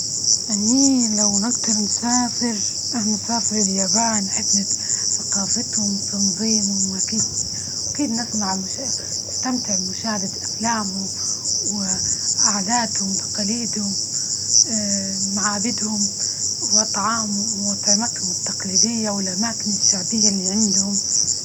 أني لو نقدر نسافر أنسافر اليابان، نحب ثقافتهم، تنظيمهم، وأكيد- أكيد نسمع بش تستمتع مشاهدة أفلامه و عاداتهم وتقاليدهم، معابدهم وأطعام وأطعمتهم التقليدية، والأماكن الشعبية إللي عندهم.